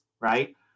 right